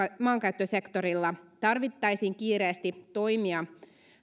maankäyttösektorilla tarvittaisiin kiireesti toimia